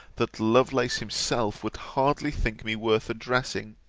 that lovelace himself would hardly think me worth addressing,